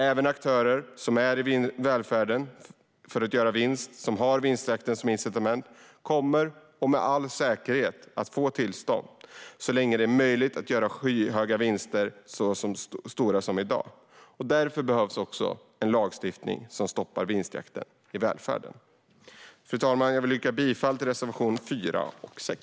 Även aktörer i välfärden för att göra vinst, som har vinstjakten som incitament, kommer med all säkerhet att få tillstånd så länge som det är möjligt att göra så skyhöga stora vinster som i dag. Därför behövs också en lagstiftning som stoppar vinstjakten i välfärden. Fru talman! Jag vill yrka bifall till reservationerna 4 och 6.